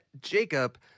Jacob